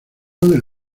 del